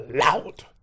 loud